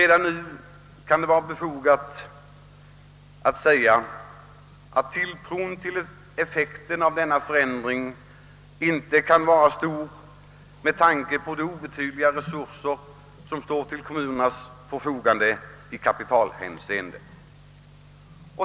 Redan nu kan det vara befogat att säga att tilltron till effekten av denna förändring inte kan vara stor med tanke på de obetydliga resurser som står till kommunernas förfogande i kapitalhänseende.